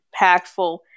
impactful